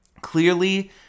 clearly